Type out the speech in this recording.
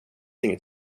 inget